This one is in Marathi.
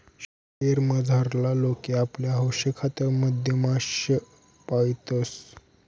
शयेर मझारला लोके आपला हौशेखातर मधमाश्या पायतंस